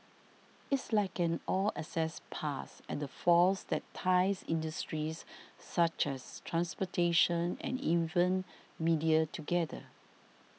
it's like an all access pass and the force that ties industries such as transportation and even media together